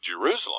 Jerusalem